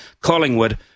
Collingwood